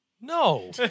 No